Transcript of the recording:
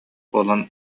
буолан